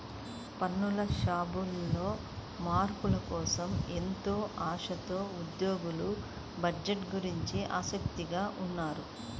పన్ను శ్లాబుల్లో మార్పుల కోసం ఎంతో ఆశతో ఉద్యోగులు బడ్జెట్ గురించి ఆసక్తిగా ఉన్నారు